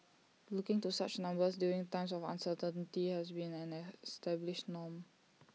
looking to such numbers during times of uncertainty has been an established norm